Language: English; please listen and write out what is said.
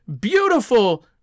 beautiful